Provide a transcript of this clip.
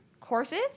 courses